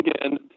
again